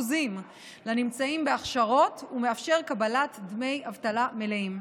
לנמצאים בהכשרות ומאפשרת קבלת דמי אבטלה מלאים.